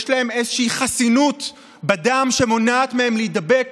יש להם איזושהי חסינות בדם שמונעת מהם להידבק